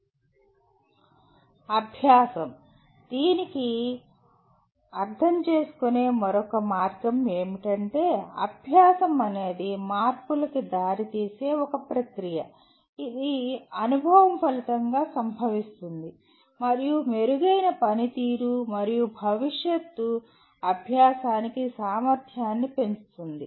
"అభ్యాసం" దీనికి అర్థం చేసుకునే మరొక మార్గం ఏమిటంటే అభ్యాసం అనేది మార్పులకి దారితీసే ఒక ప్రక్రియ ఇది అనుభవం ఫలితంగా సంభవిస్తుంది మరియు మెరుగైన పనితీరు మరియు భవిష్యత్తు అభ్యాసానికి సామర్థ్యాన్ని పెంచుతుంది